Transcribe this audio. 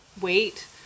wait